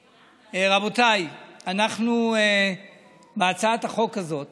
רבותיי, בהצעת החוק הזאת